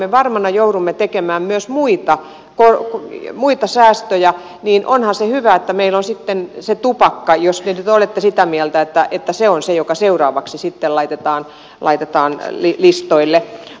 kun me varmaan joudumme tekemään myös muita säästöjä niin onhan se hyvä että meillä on sitten se tupakka jos te nyt olette sitä mieltä että se on se joka seuraavaksi sitten laitetaan listoille